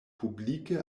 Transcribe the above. publike